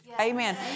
Amen